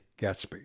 Gatsby